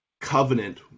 covenant